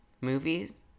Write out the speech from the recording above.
movies